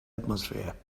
atmosphere